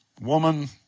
woman